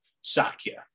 sakya